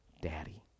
daddy